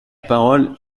parole